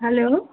hello